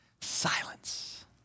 Silence